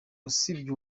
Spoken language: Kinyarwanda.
usibye